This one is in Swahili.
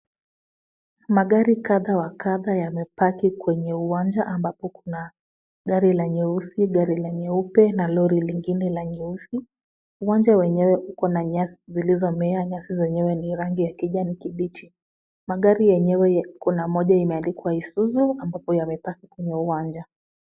Magari kadha wa kadha yamepaki kwenye uwanja ambapo kuna gari la nyeusi gari la nyeupe na lori lingine la nyeusi. Uwanja wenyewe una nyasi zilizomea nyasi zenyewe ni rangi ya kijani kibichi. Magari yenyewe kuna moja imeandikwa Isuzu hapo yamepaki kwa uwanja.